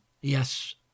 Yes